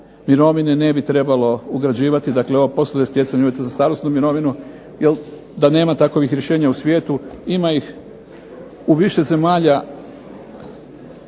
mirovine ne bi trebalo ugrađivati dakle ova ... stjecanja uvjeta za starosnu mirovinu jer da nema takovih rješenja u svijetu ima ih, u više zemlja